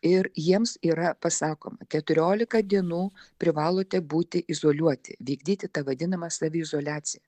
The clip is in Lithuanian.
ir jiems yra pasakoma keturiolika dienų privalote būti izoliuoti vykdyti tą vadinamą saviizoliaciją